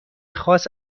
خاص